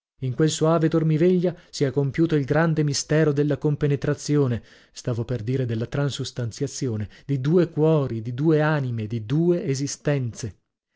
in quel soave dormiveglia si è compiuto il grande mistero della compenetrazione stavo per dire della transustanziazione di due cuori di due anime di due esistenze